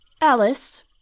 Alice